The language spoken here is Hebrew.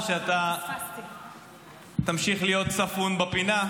או שאתה תמשיך להיות ספון בפינה,